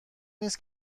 نیست